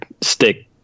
stick